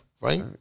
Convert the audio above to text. right